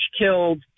killed